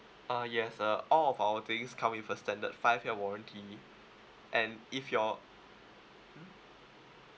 ah yes uh all of our things come with a standard five year warranty and if your